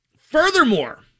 furthermore